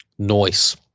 noise